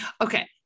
Okay